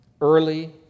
early